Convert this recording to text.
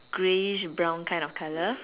grayish brown kind of colour